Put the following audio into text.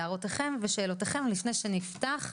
הערותיכם ושאלותיכם לפני שאנחנו נפתח.